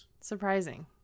Surprising